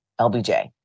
LBJ